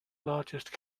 largest